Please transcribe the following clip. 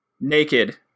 naked